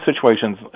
situations